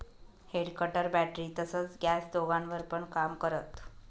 head cutter battery तसच gas दोघांवर पण काम करत